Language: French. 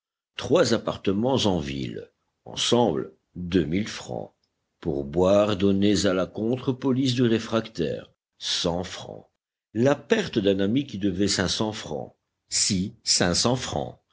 trois appartements en ville ensemble francs pourboires donnés à la contre police du réfractaire francs la perte d'un ami qui devait francs ci francs